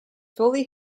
fully